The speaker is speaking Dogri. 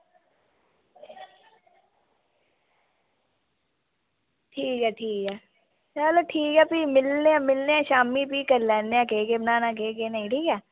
ठीक ऐ ठीक ऐ चलो ठीक ऐ भी मिलने आं मिलने आं शामीं फ्ही करी लैने आं केह् केह् बनाना केह् केह् नेईं ठीक ऐ